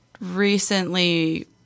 recently